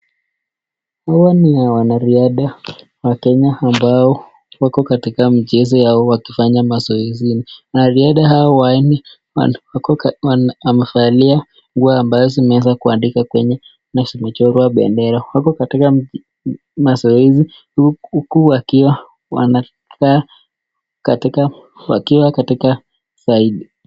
Hawa ni wanariadha wa Kenya ambao wako katika michezo yao wakifanya mazoezini. Wanariadha hao wanne wamevalia nguo ambazo zimeweza kuandikwa Kenya na zimechorwa bendera. Wako katika mazoezi huku wakiwa wanakaa katika, wakiwa katika zaidi.